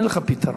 אין לך פתרון,